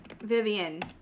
Vivian